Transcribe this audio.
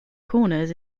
corners